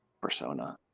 persona